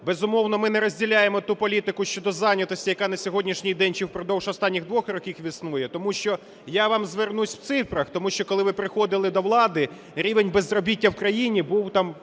Безумовно, ми не розділяємо ту політику щодо зайнятості, яка на сьогоднішній день чи впродовж останніх двох років існує. Тому що… я вам звернуся в цифрах, тому що коли ви приходили до влади, рівень безробіття в країні був там